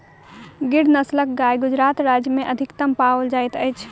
गिर नस्लक गाय गुजरात राज्य में अधिकतम पाओल जाइत अछि